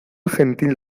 gentil